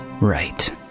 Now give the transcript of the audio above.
right